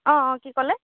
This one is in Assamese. অঁ অঁ কি ক'লে